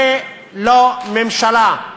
זו לא ממשלה,